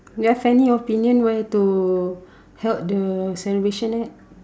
you have any opinion where to held the celebration at